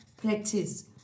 practice